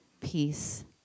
peace